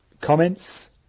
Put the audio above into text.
comments